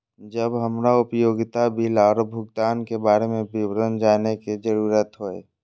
जब हमरा उपयोगिता बिल आरो भुगतान के बारे में विवरण जानय के जरुरत होय?